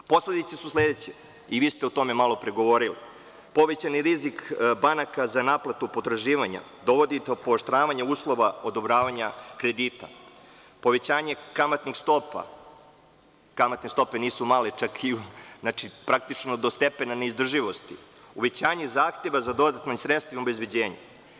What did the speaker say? Posledice su sledeće, i vi ste o tome malopre govorili, povećani rizik banaka za naplatu potraživanja, dovodi do pooštravanja uslova odobravanja kredita, povećanje kamatnih stopa, kamatne stope nisu male, praktično do stepena neizdrživosti, uvećanje zahteva za dodatnim sredstvima obezbeđenja.